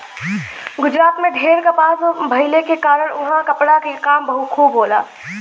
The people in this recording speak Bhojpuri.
गुजरात में ढेर कपास भइले के कारण उहाँ कपड़ा के काम खूब होला